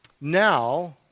Now